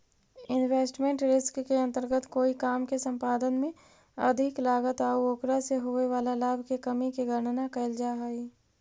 investment risk के अंतर्गत कोई काम के संपादन में अधिक लागत आउ ओकरा से होवे वाला लाभ के कमी के गणना कैल जा हई